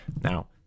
Now